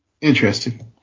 Interesting